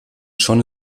schon